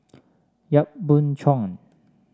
Yap Boon Chuan